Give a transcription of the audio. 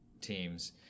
teams